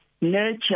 nurture